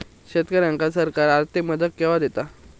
शेतकऱ्यांका सरकार आर्थिक मदत केवा दिता?